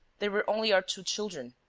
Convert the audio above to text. there were only our two children.